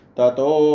Tato